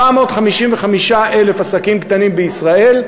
455,000 עסקים קטנים בישראל,